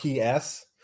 PS